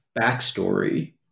backstory